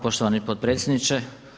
poštovani potpredsjedniče.